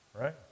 right